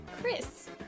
Chris